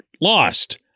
lost